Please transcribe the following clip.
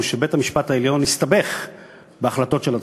שבית-המשפט העליון הסתבך בהחלטות של עצמו.